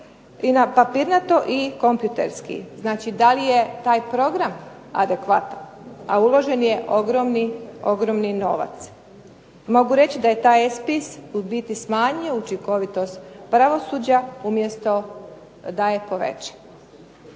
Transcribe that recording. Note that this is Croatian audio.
sve papirnato i kompjuterski. Znači da li je taj program adekvatan, a uložen je ogromni novac. Mogu reći da je taj e-spis u biti smanjio učinkovitost pravosuđa umjesto da je povećao.